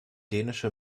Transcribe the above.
dänische